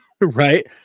Right